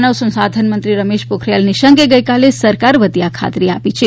માનવ સંસાધન મંત્રી રમેશ પોખરિયાલ નિશંકે ગઇકાલે સરકાર વતી આ ખાતરી આપી છે